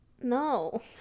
No